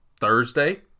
Thursday